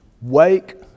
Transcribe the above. Wake